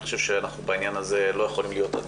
אני חושב שבעניין הזה אנחנו לא יכולים להיות עדינים.